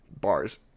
Bars